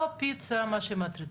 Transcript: הוא לא כולבויניק.